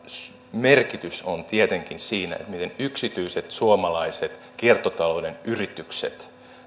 merkitys on tietenkin siinä miten yksityiset suomalaiset kiertotalouden yritykset